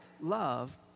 love